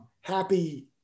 happy